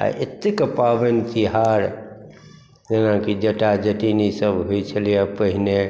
आ एतेक पाबनि तिहार जेनाकि जटा जटिन ई सभ होइत छलैए पहिने